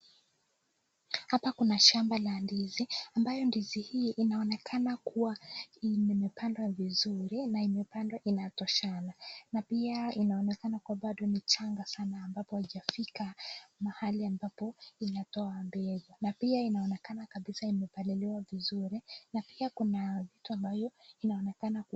Hapa kuna shamba la ndizi ambayo ndizi hii inaonekana kuwa imepandwa vizuri na imepandwa inatoshana. Na pia inaonekana kwamba bado ni changa sana ambapo haijafika mahali ambapo inatoa mbegu. Na pia inaonekana kabisa imepaliliwa vizuri na pia kuna vitu ambayo inaonekana kuwa